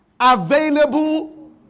available